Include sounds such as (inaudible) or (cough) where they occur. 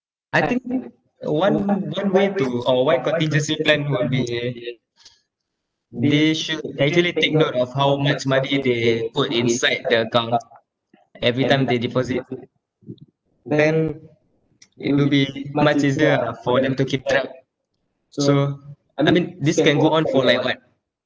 I think one one way to or one contingency plan will be they should actually take note of how much money they put inside the account every time they deposit then (noise) it will be much easier ah for them to keep track so I mean this can go on for like what